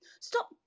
Stop